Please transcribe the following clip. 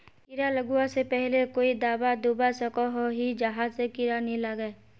कीड़ा लगवा से पहले कोई दाबा दुबा सकोहो ही जहा से कीड़ा नी लागे?